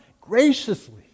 Graciously